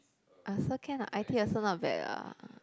I also can lah i_t also not bad ah